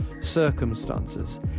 circumstances